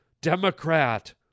Democrat